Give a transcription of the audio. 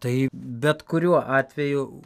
tai bet kuriuo atveju